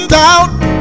doubt